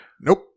Nope